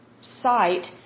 site